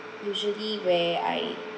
usually where I